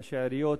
ראשי עיריות,